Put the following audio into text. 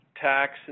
tax